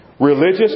Religious